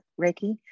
Reiki